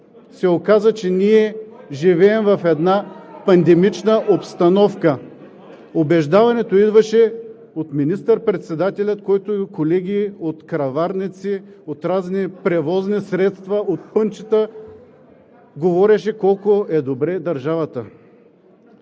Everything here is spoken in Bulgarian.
се оказа, че ние живеем в една пандемична обстановка. (Реплики от ГЕРБ.) Убеждаването идваше от министър-председателя, който, колеги, от краварници, от разни превозни средства, от пънчета говореше колко е добре държавата.